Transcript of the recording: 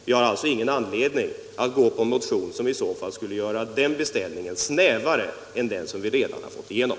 Vi har alltså ingen anledning att gå på en motion som skulle göra den beställningen snävare än den som vi redan har fått igenom.